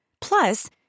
Plus